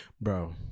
Bro